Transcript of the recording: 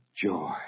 joy